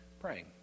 praying